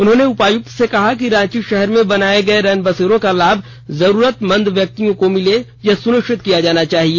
उन्होंने उपायुक्त से कहा कि रांची शहर में बनाये गए रैन बसेरा का लाभ जरूरतमंद व्यक्तियों को मिले यह सुनिष्वित किया जाना चाहिए